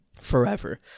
forever